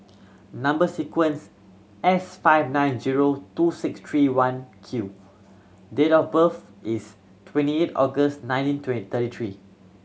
number sequence S five nine zero two six three one Q date of birth is twenty eight August nineteen thirty three